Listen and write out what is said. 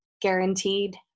guaranteed